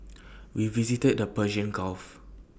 we visited the Persian gulf